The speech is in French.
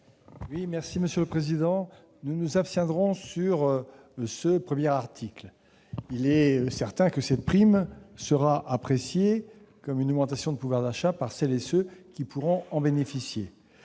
de vote sur l'article 1. Nous nous abstiendrons sur l'article 1. Il est certain que la prime sera appréciée comme une augmentation de pouvoir d'achat par celles et ceux qui pourront en bénéficier.